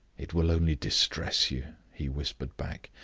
it will only distress you, he whispered back.